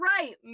right